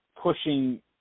pushing